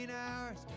hours